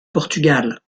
portugal